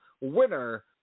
winner